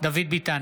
דוד ביטן,